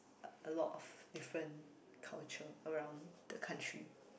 uh a lot of different culture around the country